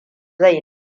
zai